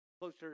closer